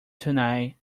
tonight